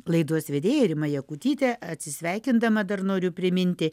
laidos vedėja rima jakutytė atsisveikindama dar noriu priminti